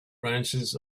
branches